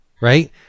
right